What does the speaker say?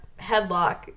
headlock